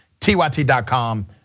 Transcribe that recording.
tyt.com